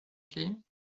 game